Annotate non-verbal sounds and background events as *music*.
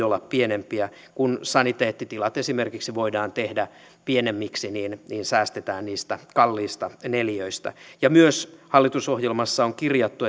*unintelligible* olla pienempiä kun saniteettitilat esimerkiksi voidaan tehdä pienemmiksi niin niin säästetään niistä kalliista neliöistä myös hallitusohjelmassa on kirjattu *unintelligible*